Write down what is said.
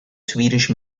swedish